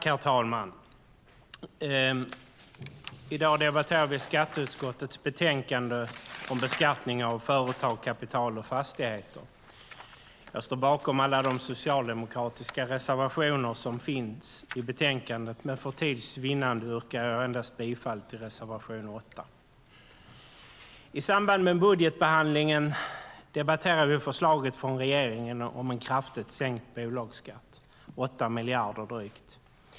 Herr talman! I dag debatterar vi skatteutskottets betänkande om beskattning av företag, kapital och fastigheter. Jag står bakom alla de socialdemokratiska reservationer som finns i betänkandet, men för tids vinnande yrkar jag bifall endast till reservation 8. I samband med budgetbehandlingen debatterade vi förslaget från regeringen om en kraftigt sänkt bolagsskatt - drygt 8 miljarder.